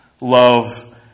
Love